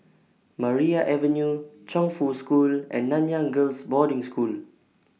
Maria Avenue Chongfu School and Nanyang Girls' Boarding School